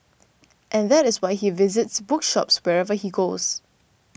and that is why he visits bookshops wherever he goes